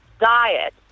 diet